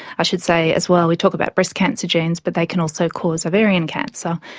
i should say as well, we talk about breast cancer genes but they can also cause ovarian cancer,